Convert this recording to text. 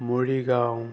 Morigaon